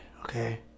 okay